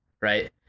right